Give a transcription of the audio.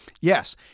Yes